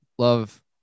love